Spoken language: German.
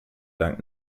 dank